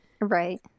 Right